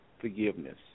forgiveness